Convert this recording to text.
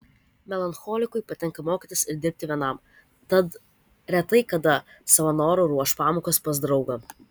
melancholikui patinka mokytis ir dirbti vienam tad retai kada savo noru ruoš pamokas pas draugą